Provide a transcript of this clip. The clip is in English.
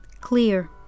clear